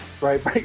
Right